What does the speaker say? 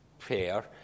Prayer